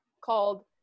called